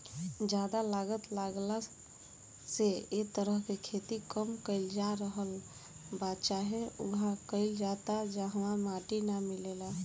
ज्यादा लागत लागला से ए तरह से खेती कम कईल जा रहल बा चाहे उहा कईल जाता जहवा माटी ना मिलेला